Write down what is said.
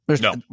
No